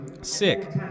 Sick